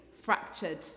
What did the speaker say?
fractured